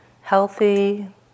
healthy